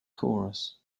chorus